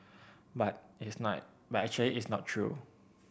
but it's night but actually it's not true